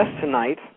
tonight